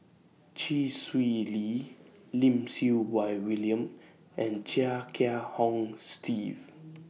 Chee Swee Lee Lim Siew Wai William and Chia Kiah Hong Steve